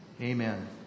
Amen